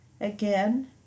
Again